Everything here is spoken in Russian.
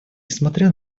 несмотря